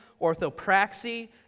orthopraxy